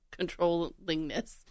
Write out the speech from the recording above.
controllingness